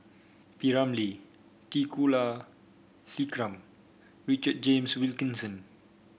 P Ramlee T Kulasekaram Richard James Wilkinson